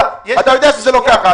אתה יודע שזה לא כך,